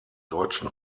deutschen